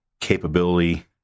capability